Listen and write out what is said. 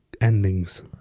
endings